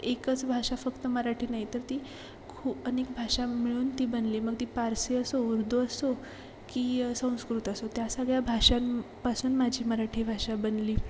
एकच भाषा फक्त मराठी नाही तर ती खू अनेक भाषा मिळून ती बनली मग ती फारसी असो उर्दू असो की संस्कृत असो त्या सगळ्या भाषांपासून माझी मराठी भाषा बनली